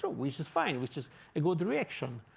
but which is fine, which is a good direction.